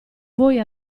voi